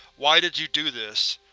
why did you do this?